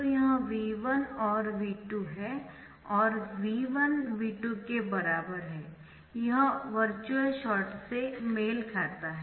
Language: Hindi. तो यह V1 और V2 है और V1 V2 यह वर्चुअल शॉर्ट से मेल खाता है